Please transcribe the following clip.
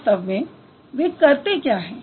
वास्तव में वे करते क्या हैं